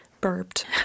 burped